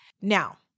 Now